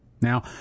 now